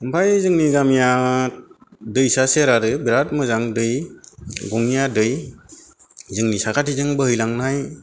ओमफाय जोंनि गामिया दैसा सेर आरो बेराद मोजां दै गंनैया दै जोंनि साखाथिजों बोहैलांनाय